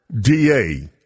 DA